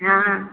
हँ